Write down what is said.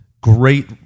great